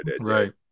Right